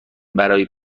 قارچ